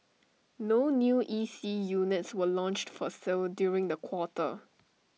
no new E C units were launched for sale during the quarter